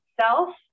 self